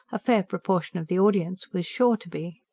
a fair proportion of the audience was sure to be.